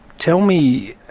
tell me,